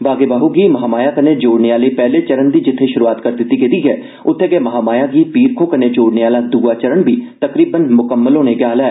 बागे बाहू गी महामाया कन्नै जोड़ने आहले पैहले चरण दी जित्थे शुरुआत करी दित्ती गेदी ऐ उत्थे गै महामाया गी पीरखो कन्नै जोड़ने आहला दआ चरण बी तकरीबन मुकम्मल होने गै आहला ऐ